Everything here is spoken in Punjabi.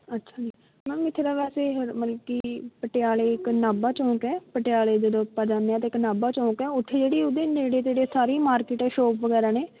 ਅੱਛਾ ਜੀ ਮੈਮ ਇੱਥੇ ਤਾਂ ਵੈਸੇ ਹਲ ਮਤਲਬ ਕਿ ਪਟਿਆਲੇ ਇੱਕ ਨਾਭਾ ਚੌਂਕ ਹੈ ਪਟਿਆਲੇ ਜਦੋਂ ਆਪਾਂ ਜਾਂਦੇ ਹਾਂ ਤਾਂ ਇੱਕ ਨਾਭਾ ਚੌਂਕ ਹੈ ਉੱਥੇ ਜਿਹੜੀ ਉਹਦੇ ਨੇੜੇ ਤੇੜੇ ਸਾਰੀ ਮਾਰਕੀਟ ਸ਼ੋਪ ਵਗੈਰਾ ਨੇ